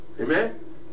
Amen